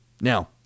Now